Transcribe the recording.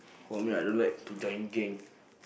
for me I don't like to join gang